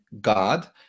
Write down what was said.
God